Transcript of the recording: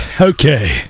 Okay